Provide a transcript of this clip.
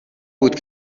بود